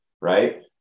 right